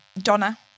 donna